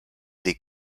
des